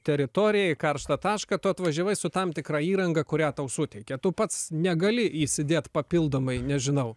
teritoriją į karštą tašką tu atvažiavai su tam tikra įranga kurią tau suteikia tu pats negali įsidėt papildomai nežinau